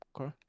okay